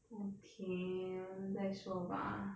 okay 再说吧